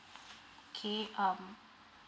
okay um